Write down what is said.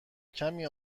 کمی